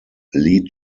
lead